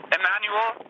Emmanuel